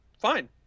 fine